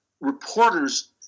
reporters